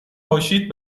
پاشید